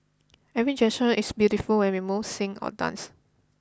every gesture is beautiful when we move sing or dance